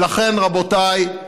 ולכן, רבותיי,